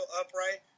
upright